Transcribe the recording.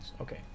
okay